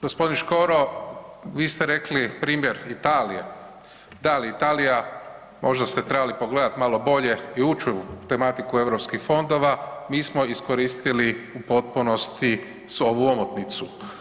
Gosp. Škoro vi ste rekli primjer Italije, da, ali Italija možda ste trebali pogledati malo bolje i ući u tematiku Europskih fondova, mi smo iskoristili u potpunosti svu ovu omotnicu.